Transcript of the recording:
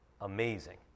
amazing